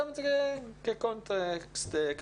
אני שם את זה כקונטקסט כללי.